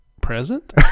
present